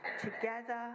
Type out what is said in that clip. Together